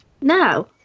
No